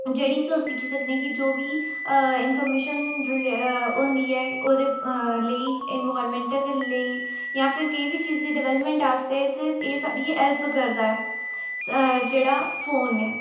जेह्ड़ी तुस दिक्खी सकने कि जो बी इंफर्मेशन होंदी ऐ ओह्दे लेई एनवायरमेंट दे लेई जां फिर कोई बी चीज़ दी डेवलपमेंट आस्तै साढ़ी हेल्प करदा ऐ जेह्ड़ा फोन